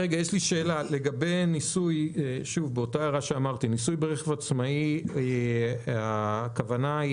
לגבי ניסוי ברכב עצמאי, הכוונה היא